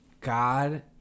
God